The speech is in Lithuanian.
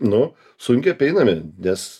nu sunkiai apeinami nes